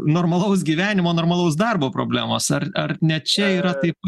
normalaus gyvenimo normalaus darbo problemos ar ar ne čia yra taip